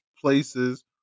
places